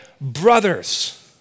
brothers